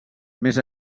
més